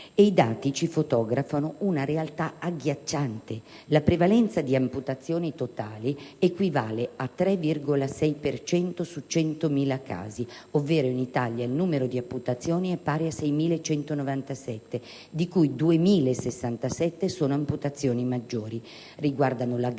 i dati ci fotografano una realtà agghiacciante: la prevalenza di amputazioni totali equivale al 3,6 per cento su 100.000 casi, ovvero in Italia il numero di amputazioni è pari a 6.197, di cui 2.067 sono amputazioni maggiori: riguardano la gamba,